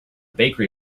bakery